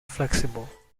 flexible